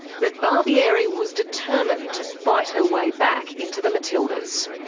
but barbieri was determined to fight her way back into the matildas.